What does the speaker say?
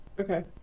Okay